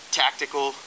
tactical